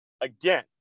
again